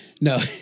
No